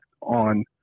on